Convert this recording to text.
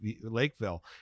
Lakeville